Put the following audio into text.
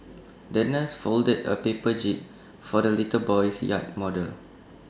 the nurse folded A paper jib for the little boy's yacht model